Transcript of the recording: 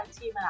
team